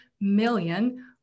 million